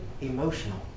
emotional